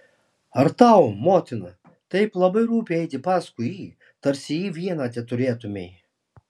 ar tau motina taip labai rūpi eiti paskui jį tarsi jį vieną teturėtumei